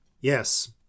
Yes